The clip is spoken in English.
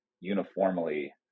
uniformly